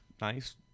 nice